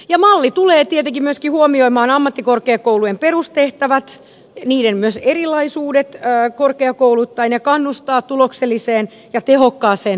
malli tulee tietenkin myöskin huomioimaan ammattikorkeakoulujen perustehtävät myös niiden erilaisuudet korkeakouluittain ja kannustaa tulokselliseen ja tehokkaaseen toimintaan